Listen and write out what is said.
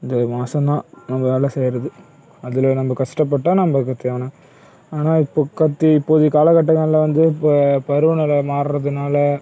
இந்த மாசம் தான் நம்ப வேலை செய்யறது அதில் நம்ப கஷ்டப்பட்டால் நமக்கு தேவையான ஆனால் இப்போகத்தி இப்போதைய காலகட்டங்களில் வந்து இப்போ பருவநிலை மாறதுனால்